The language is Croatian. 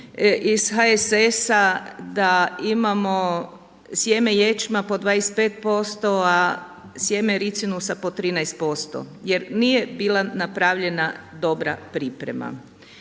iz HSS-a da imamo sjeme ječma po 25%, a sjeme ricinusa po 13% jer nije bila napravljena dobra priprema.